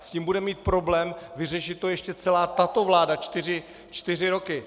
S tím bude mít problém vyřešit to ještě celá tato vláda čtyři roky.